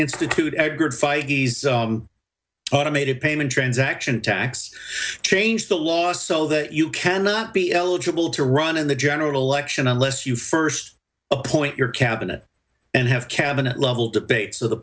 fight automated payment transaction tax change the law so that you cannot be eligible to run in the general election unless you first appoint your cabinet and have cabinet level debate so the